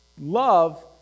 love